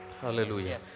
Hallelujah